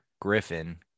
Griffin